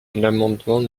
l’amendement